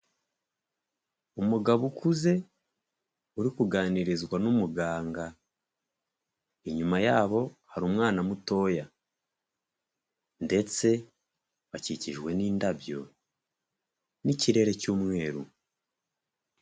Umugabo ukuze uri kuganirizwa n'umuganga, inyuma yabo hari umwana mutoya ndetse bakikijwe n'indabyo n'ikirere cy'umweru.